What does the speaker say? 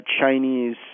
Chinese